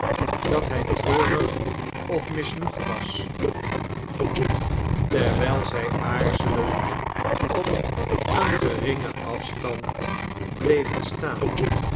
dat hij treurig of misnoegd was terwijl zij aarzelend op een geringen afstand bleven staan